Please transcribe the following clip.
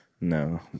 No